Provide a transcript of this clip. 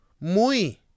Muy